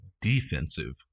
defensive